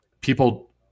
people